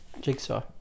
Jigsaw